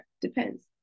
depends